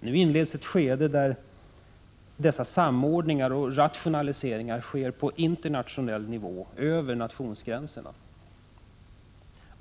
Nu inleds ett skede där dessa samordningar och rationaliseringar sker på internationell nivå, över nationsgränserna.